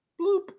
bloop